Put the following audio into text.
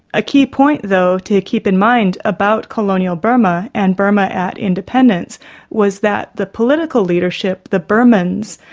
a key point, though, to keep in mind about colonial burma and burma at independence was that the political leadership, the burmans,